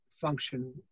function